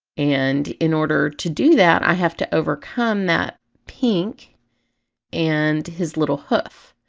and in order to do that i have to overcome that pink and his little hoof,